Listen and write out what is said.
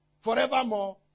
forevermore